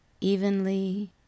evenly